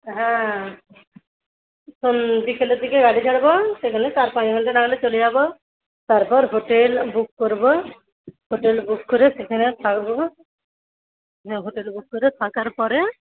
হ্যাঁ বিকেলের দিকে গাড়ি ছাড়ব সেখানে চার পাঁচ ঘন্টা চলে যাব তারপর হোটেল বুক করব হোটেল বুক করে সেখানে থাকব হোটেল বুক করে থাকার পরে